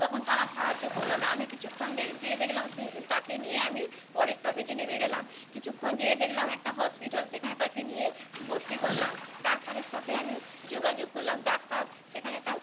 তখন তারা সাহায্য করলো না আমি কিছুক্ষণ যেয়ে দেখলাম তাকে নিয়ে আমি পরের স্টপেজে নেমে গেলাম কিছুক্ষণ যেয়ে দেখলাম একটা হসপিটাল সেখানে তাকে নিয়ে ভর্তি করলাম ডাক্তারের সাথে আমি যোগাযোগ করলাম ডাক্তার সেখানে তার